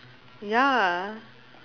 ya